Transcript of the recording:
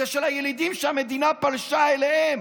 זה של הילידים שהמדינה פלשה אליהם.